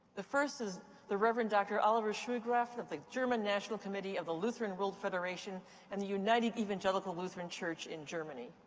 the first is the rev. and dr. oliver schuegraf of the german national committee of the lutheran world federation and united evangelical lutheran church in germany.